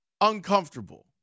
uncomfortable